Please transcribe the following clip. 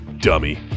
Dummy